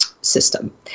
system